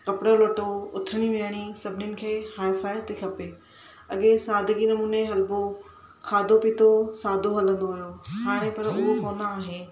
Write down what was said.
कपिड़ो लटो उथिणी विहिणी सभिनिनि खे हाइफाइ थी खपे अॻे सादिगी नमूने हलिबो हुओ खाधो पीतो सादो हलंदो हुओ हाणे पर उहो कोन आहे